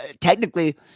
technically